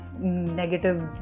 negative